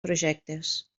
projectes